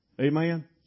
Amen